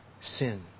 sin